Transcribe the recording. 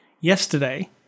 yesterday